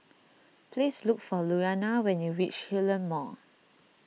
please look for Louanna when you reach Hillion Mall